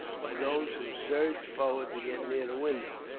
by those who surged forward to get near the window.